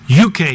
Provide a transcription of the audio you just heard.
UK